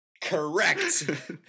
Correct